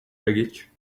baggage